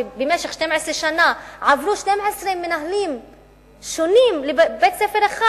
שבמשך 12 שנה עברו 12 מנהלים שונים בבית-ספר אחד,